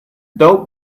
dope